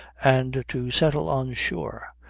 and to settle on shore,